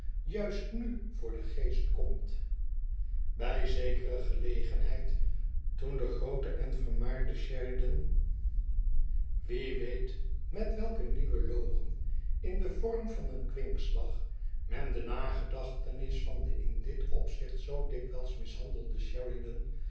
juist nu voor den geest komt bij zekere gelegenheid toen de groote en vermaarde sheridan wie weet met welke nieuwe logen in den vorm van een kwinkslag men de nagedachtenis van den in dit opzicht zoo dikwijls mishandelden sheridan